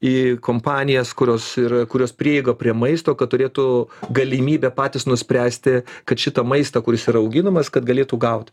į kompanijas kurios ir kurios prieiga prie maisto kad turėtų galimybę patys nuspręsti kad šitą maistą kuris auginamas kad galėtų gauti